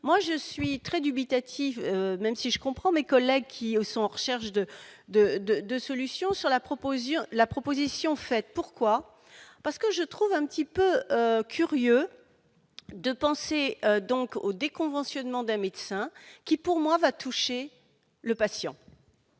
moi je suis très dubitatif, même si je comprends mes collègues qui sont recherche de, de, de, de solutions sur la proposition, la proposition faite, pourquoi, parce que je trouve un petit peu curieux de penser donc au déconventionnement des médecins qui, pour moi, va toucher le patient.